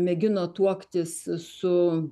mėgino tuoktis su